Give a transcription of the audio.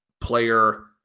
player